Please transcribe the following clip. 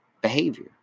behavior